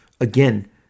again